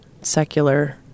secular